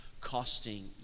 costing